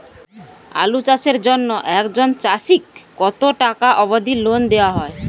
আলু চাষের জন্য একজন চাষীক কতো টাকা অব্দি লোন দেওয়া হয়?